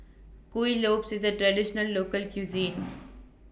Kuih Lopes IS A Traditional Local Cuisine